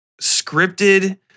scripted